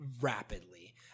rapidly